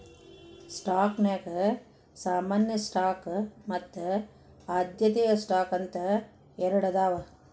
ಸ್ಟಾಕ್ನ್ಯಾಗ ಸಾಮಾನ್ಯ ಸ್ಟಾಕ್ ಮತ್ತ ಆದ್ಯತೆಯ ಸ್ಟಾಕ್ ಅಂತ ಎರಡದಾವ